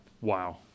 Wow